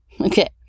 Okay